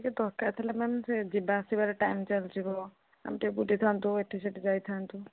ଟିକେ ଦରକାର ଥିଲା ମ୍ୟାମ୍ ସେ ଯିବା ଆସିବାରେ ଟାଇମ୍ ଚାଲିଯିବ ଆମେ ଟିକେ ବୁଲିଥାନ୍ତୁ ଏଠି ସେଠି ଯାଇଥାନ୍ତୁ